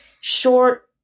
short